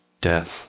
death